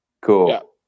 Cool